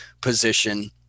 position